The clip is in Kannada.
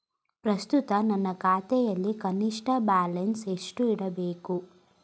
ಪ್ರಸ್ತುತ ನನ್ನ ಖಾತೆಯಲ್ಲಿ ಕನಿಷ್ಠ ಬ್ಯಾಲೆನ್ಸ್ ಎಷ್ಟು ಇಡಬೇಕು?